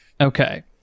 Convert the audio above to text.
Okay